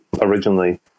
Originally